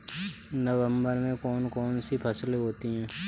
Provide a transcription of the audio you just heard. नवंबर में कौन कौन सी फसलें होती हैं?